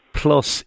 plus